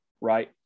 right